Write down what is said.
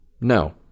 No